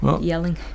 yelling